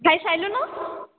ଖାଇ ସାରିଲୁନୁ